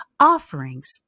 Offerings